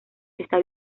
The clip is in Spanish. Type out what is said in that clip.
esta